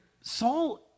Saul